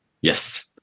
Yes